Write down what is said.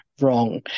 wrong